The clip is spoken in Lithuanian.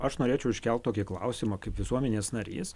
aš norėčiau iškelt tokį klausimą kaip visuomenės narys